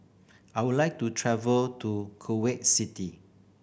I would like to travel to Kuwait City